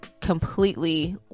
completely